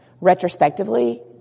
retrospectively